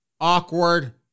awkward